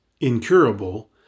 incurable